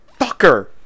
fucker